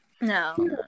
No